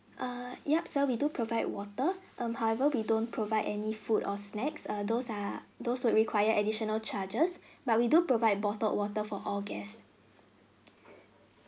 err yup sir we do provide water um however we don't provide any food or snacks err those are those would require additional charges but we do provide bottled water for all guest